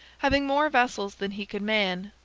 having more vessels than he could man,